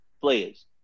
players